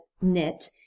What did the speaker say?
knit